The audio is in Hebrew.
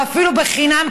ואפילו בחינם,